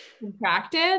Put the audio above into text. contracted